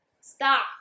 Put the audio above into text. stop